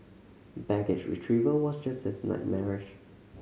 baggage retrieval was just as nightmarish